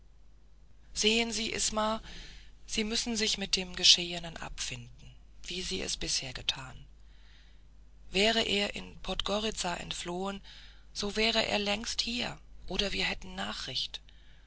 sehen sie isma sie müssen sich mit dem geschehenen abfinden wie sie es bisher getan wäre er in podgoritza entflohen so wäre er längst hier oder wir hätten nachricht